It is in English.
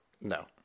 no